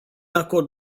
acord